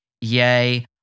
Yay